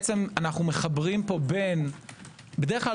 בדרך כלל